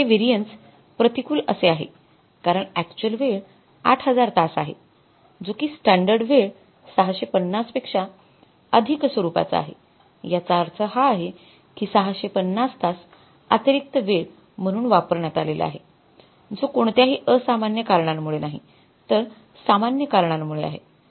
हे व्हेरिएन्स प्रतिकूल असे आहे कारण अक्चुअल वेळ ८००० तास आहे जो कि स्टॅंडर्ड वेळ ६५० पेक्षा अधिक स्वरूपाचा आहे याचा अर्थ हा आहे कि ६५० तास अतिरिक्त वेळ म्हणून वापरण्यात आलेला आहे जो कोणत्याही असामान्य कारणांमुळे नाही तर सामान्य कारणांमुळे आहे